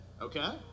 Okay